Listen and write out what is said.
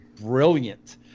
brilliant